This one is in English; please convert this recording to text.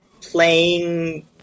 playing